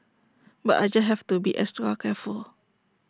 but I just have to be extra careful